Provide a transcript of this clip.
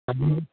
ம்